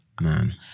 Man